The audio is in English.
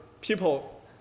people